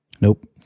Nope